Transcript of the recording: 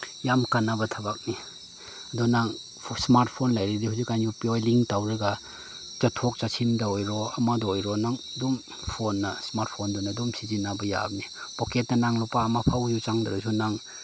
ꯌꯥꯝ ꯀꯥꯟꯅꯕ ꯊꯕꯛꯅꯤ ꯑꯗꯨ ꯅꯪ ꯏꯁꯃꯥꯔꯠ ꯐꯣꯟ ꯂꯩꯔꯗꯤ ꯍꯧꯖꯤꯛꯀꯥꯟ ꯌꯨ ꯄꯤ ꯑꯥꯏ ꯂꯤꯡꯛ ꯇꯧꯔꯒ ꯆꯠꯊꯣꯛ ꯆꯠꯁꯤꯟꯗ ꯑꯣꯏꯔꯣ ꯑꯃꯗ ꯑꯣꯏꯔꯣ ꯅꯪ ꯑꯗꯨꯝ ꯐꯣꯟꯅ ꯏꯁꯃꯥꯔꯠ ꯐꯣꯟꯗꯨꯅ ꯑꯗꯨꯝ ꯁꯤꯖꯤꯟꯅꯕ ꯌꯥꯕꯅꯤ ꯄꯣꯀꯦꯠꯇ ꯅꯪ ꯂꯨꯄꯥ ꯑꯃꯐꯥꯎꯕꯁꯨ ꯆꯪꯗ꯭ꯔꯁꯨ ꯅꯪ